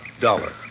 Dollar